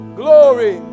glory